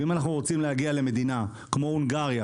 ואם אנחנו רוצים להגיע למדינה כמו הונגריה